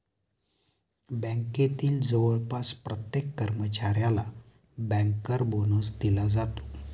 बँकेतील जवळपास प्रत्येक कर्मचाऱ्याला बँकर बोनस दिला जातो